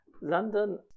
London